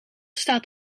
staat